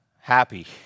happy